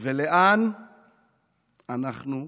ולאן אנחנו הולכים.